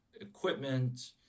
equipment